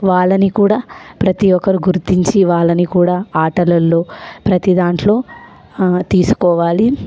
వాళ్ళని కూడా ప్రతీ ఒక్కరూ గుర్తించి వాళ్ళని కూడా ఆటలల్లో ప్రతి దాంట్లో తీసుకోవాలి